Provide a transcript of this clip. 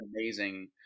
amazing